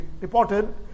reported